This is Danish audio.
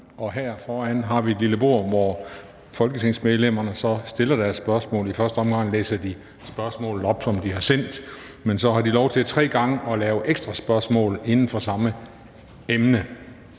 og her foran har vi et lille bord, hvor folketingsmedlemmerne stiller deres spørgsmål fra. I første omgang læser de spørgsmålet, som de har sendt, op, men så har de lov til tre gange at stille ekstra spørgsmål inden for samme emne.